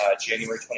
January